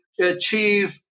achieve